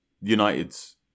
United's